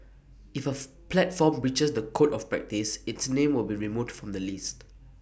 if A platform breaches the code of practice its name will be removed from the list